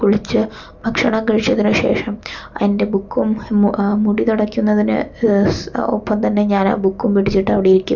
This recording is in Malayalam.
കുളിച്ച് ഭക്ഷണം കഴിച്ചതിനു ശേഷം എൻ്റെ ബുക്കും മുടി തുടക്കുന്നതിന് സ് ഒപ്പം തന്നെ ഞാന് ആ ബുക്കും പിടിച്ചിട്ടവിടെയിരിക്കും